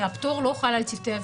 הפטור לא חל על צוותי אוויר.